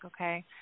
Okay